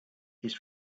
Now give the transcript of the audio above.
his